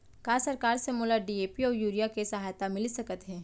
का सरकार से मोला डी.ए.पी अऊ यूरिया के सहायता मिलिस सकत हे?